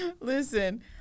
Listen